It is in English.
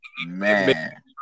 Man